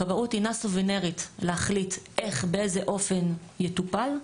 שכבאות אינה סוברנית להחליט באיזה אופן יטופל,